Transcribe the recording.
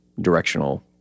directional